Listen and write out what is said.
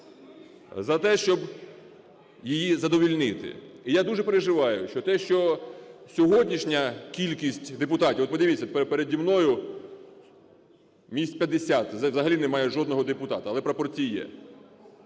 за те, щоб її задовольнити. І я дуже переживаю, що те, що сьогоднішня кількість депутатів, от подивіться, переді мною місць 50 взагалі немає жодного депутата, але прапорці є,